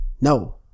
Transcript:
No